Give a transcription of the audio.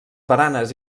baranes